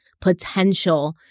potential